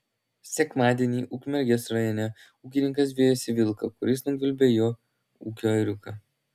sekmadienį ukmergės rajone ūkininkas vijosi vilką kuris nugvelbė jo ūkio ėriuką